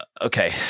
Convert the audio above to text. Okay